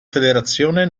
federazione